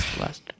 last